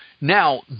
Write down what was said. now